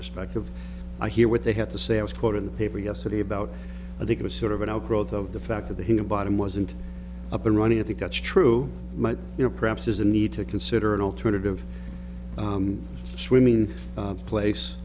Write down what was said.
perspective i hear what they have to say i was quoting the paper yesterday about i think it was sort of an outgrowth of the fact that the hit bottom wasn't up and running i think that's true might you know perhaps there's a need to consider an alternative swimming place